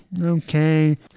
okay